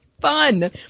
fun